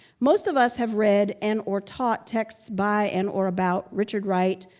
most of us have read and or taught texts by and or about richard wright,